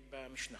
מרעננה,